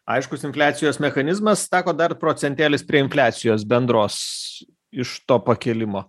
aiškus infliacijos mechanizmas dar procentėlis prie infliacijos bendros iš to pakilimo